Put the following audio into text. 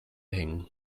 hängen